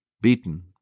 beaten